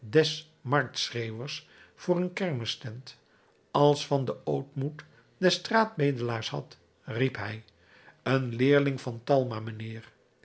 marktschreeuwers voor een kermistent als van den ootmoed des straatbedelaars had riep hij een leerling van talma mijnheer